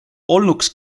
olnuks